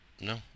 No